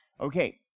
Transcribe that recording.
Okay